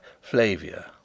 Flavia